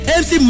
mc